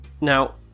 Now